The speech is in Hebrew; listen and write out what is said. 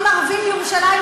להגיד שאין,